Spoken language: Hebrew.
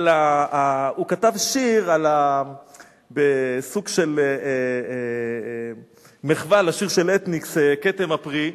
הוא כתב שיר בסוג של מחווה לשיר של "אתניקס" "כתם הפרי".